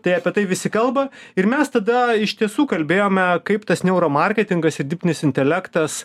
tai apie tai visi kalba ir mes tada iš tiesų kalbėjome kaip tas neuro marketingas ir dirbtinis intelektas